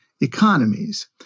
economies